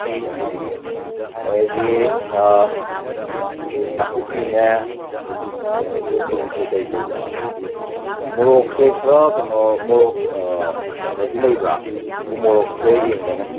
ꯅꯥꯀꯨꯞꯄꯤ ꯑꯗꯩꯗꯤ ꯑꯗꯩꯗꯤ ꯅꯥꯀꯨꯞꯄꯤꯅꯦ ꯑꯗꯩꯗꯤ ꯀꯩꯅꯣ ꯏꯔꯣꯝꯕꯒꯤꯁꯦ ꯀꯔꯤ ꯀꯔꯤꯅꯣ ꯑꯗꯩꯗꯤ ꯃꯣꯔꯣꯛꯁꯦ ꯈꯔ ꯀꯩꯅꯣ ꯃꯣꯔꯣꯛ ꯀꯩꯅꯣꯗꯤ ꯂꯩꯕ꯭ꯔꯥ ꯎꯃꯣꯔꯣꯛꯁꯦ ꯌꯦꯡꯒꯦꯅꯦ